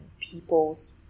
people's